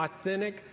authentic